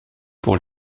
pour